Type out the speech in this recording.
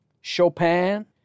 Chopin